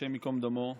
השם ייקום דמו,